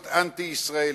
להיות אנטי-ישראלי.